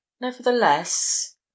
Nevertheless